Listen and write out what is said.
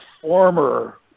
former